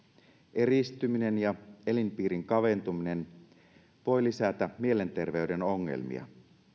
eristyminen ja elinpiirin kaventuminen voi lisätä mielenterveyden ongelmia